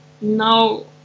no